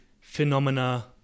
phenomena